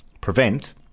prevent